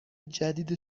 جدید